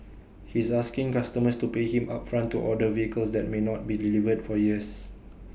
he's asking customers to pay him upfront to order vehicles that may not be delivered for years